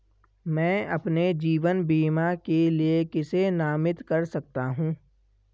मैं अपने जीवन बीमा के लिए किसे नामित कर सकता हूं?